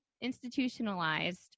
institutionalized